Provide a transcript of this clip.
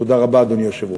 תודה רבה, אדוני היושב-ראש.